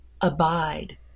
abide